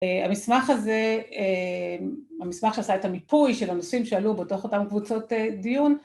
המסמך הזה, המסמך שעשה את המיפוי של הנושאים שעלו בתוך אותן קבוצות דיון